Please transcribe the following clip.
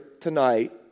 tonight